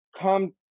come